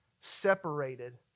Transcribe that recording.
separated